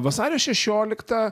vasario šešioliktą